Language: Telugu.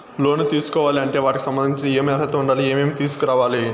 లోను తీసుకోవాలి అంటే వాటికి సంబంధించి ఏమి అర్హత ఉండాలి, ఏమేమి తీసుకురావాలి